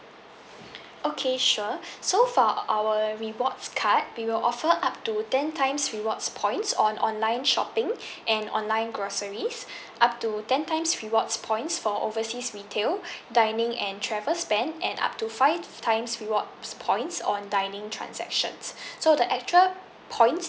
okay sure so for our rewards card we will offer up to ten times rewards points on online shopping and online groceries up to ten times rewards points for overseas retail dining and travel spend and up to five times rewards points on dining transactions so the actual points